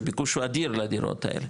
הביקוש הוא אדיר לדירות האלה,